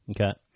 Okay